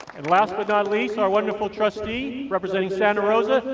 and last, but not least, our wonderful trustee, representing santa rosa,